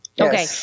Okay